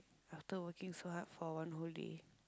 after working so hard for one whole day